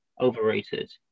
overrated